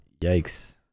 Yikes